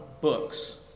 books